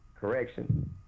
Correction